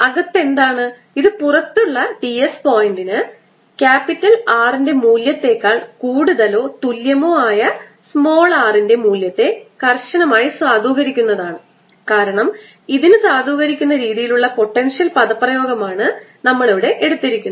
അകത്ത് എന്താണ് ഇത് പുറത്തുള്ള ds പോയിൻറ്ന് R ൻറെ മൂല്യത്തെക്കാൾ കൂടുതലോ തുല്യമോ ആയ r ൻറെ മൂല്യത്തെ കർശനമായി സാധൂകരിക്കുന്നതാണ് കാരണം ഇതിന് സാധൂകരിക്കുന്ന രീതിയിലുള്ള പൊട്ടൻഷ്യൽ പദപ്രയോഗമാണ് നമ്മൾ ഇവിടെ എടുത്തിരിക്കുന്നത്